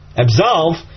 absolve